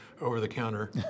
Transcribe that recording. over-the-counter